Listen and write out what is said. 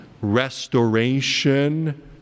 restoration